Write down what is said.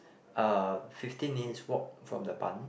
uh fifteen minutes walk from the Bund